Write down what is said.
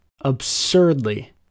absurdly